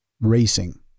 racing